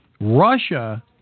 Russia